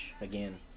again